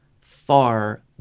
far